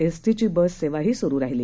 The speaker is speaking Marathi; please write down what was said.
एसटीची बस सेवाही सुरू राहीली